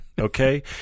okay